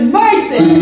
mercy